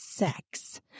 Sex